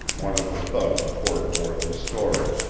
one of the thugs poured forth his story.